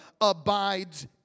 abides